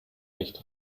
nicht